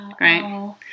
right